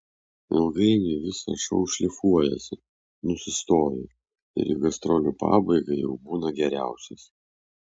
ilgainiui visas šou šlifuojasi nusistovi ir į gastrolių pabaigą jau būna geriausias